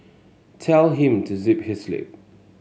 tell him to zip his lip